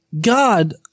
God